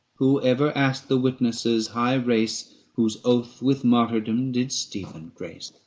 who ever asked the witnesses' high race whose oath with martyrdom did stephen grace?